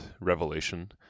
revelation